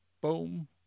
Boom